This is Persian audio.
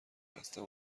هستم